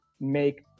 make